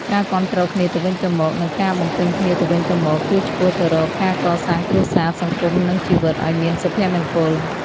ការគាំទ្រគ្នាទៅវិញទៅមក និងការបំពេញគ្នាទៅវិញទៅមក គឺឆ្ពោះទៅរកការកសាងគ្រួសារ សង្គម និងជីវិតឲ្យមានសុភមង្គល។